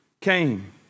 came